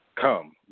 Come